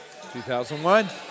2001